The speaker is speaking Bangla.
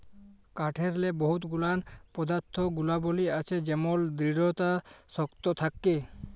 কাঠেরলে বহুত গুলান পদাথ্থ গুলাবলী আছে যেমল দিঢ়তা শক্ত থ্যাকে